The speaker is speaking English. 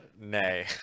nay